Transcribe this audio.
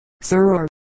sir